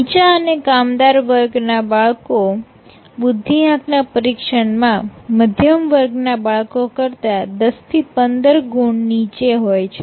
નીચા અને કામદાર વર્ગ ના બાળકો બુદ્ધિઆંક ના પરીક્ષણ માં મધ્યમ વર્ગ ના બાળકો કરતા દસ થી પંદર ગુણ નીચે હોય છે